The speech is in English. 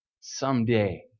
someday